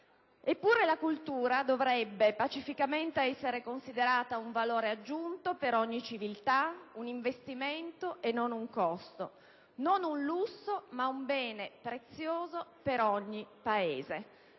Eppure la cultura dovrebbe pacificamente essere considerata un valore aggiunto per ogni civiltà, un investimento e non un costo, non un lusso, ma un bene prezioso per ogni Paese.